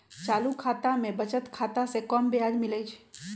चालू खता में बचत खता से कम ब्याज मिलइ छइ